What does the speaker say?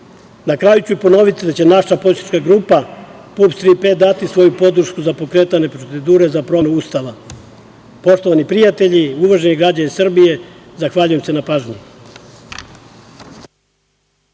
kraju ću ponoviti da će naša poslanička grupa PUPS „Tri P“ dati svoju podršku za pokretanje procedure za promenu Ustava. Poštovani prijatelji, uvaženi građani Srbije, zahvaljujem se na pažnji.